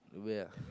where ah